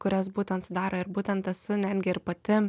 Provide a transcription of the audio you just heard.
kurios būtent sudaro ir būtent esu netgi ir pati